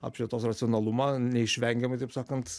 apšvietos racionalumą neišvengiamai taip sakant